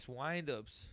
wind-ups